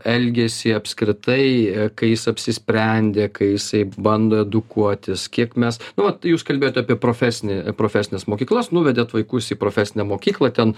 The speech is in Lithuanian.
elgesį apskritai kai jis apsisprendė kai jisai bando edukuotis kiek mes na vat jūs kalbėjot apie profesinį profesines mokyklas nuvedėt vaikus į profesinę mokyklą ten